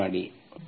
ಆಯ್ಕೆಮಾಡಿ